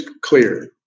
clear